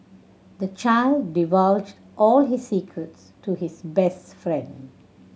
the child divulged all his secrets to his best friend